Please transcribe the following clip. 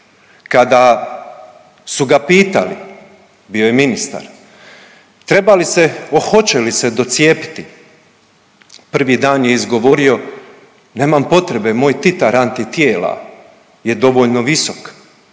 kada su ga pitali, bio je ministar, hoće li se docijepiti, prvi dan je izgovorio, nemam potrebe moj titar antitijela je dovoljno visok,